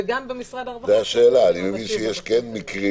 וגם במשרד הרווחה --- אני מבין שכן יש מקרים